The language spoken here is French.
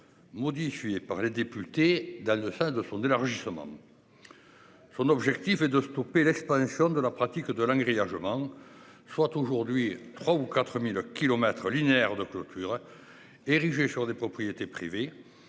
suis et par les députés dans le fin de fonds d'élargissement. Son objectif est de stopper l'expansion de leur pratique de la grille largement. Aujourd'hui 3 ou 4000 kilomètre linéaire de clôture. Érigée sur des propriétés privées.